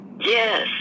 Yes